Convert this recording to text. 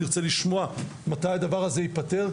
אני ארצה לשמוע מתי הדבר הזה ייפתר,